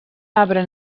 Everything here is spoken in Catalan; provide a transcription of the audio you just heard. arbre